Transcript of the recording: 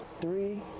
Three